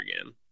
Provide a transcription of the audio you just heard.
again